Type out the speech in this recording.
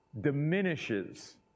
diminishes